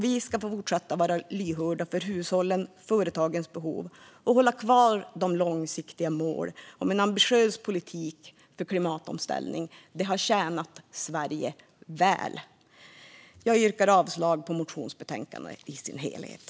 Vi ska också fortsätta vara lyhörda för hushållens och företagens behov och hålla kvar de långsiktiga målen och en ambitiös politik för klimatomställning. Det har tjänat Sverige väl. Jag yrkar avslag på motionerna i betänkandet.